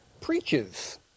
preaches